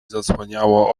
zasłaniało